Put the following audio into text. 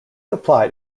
applied